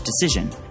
decision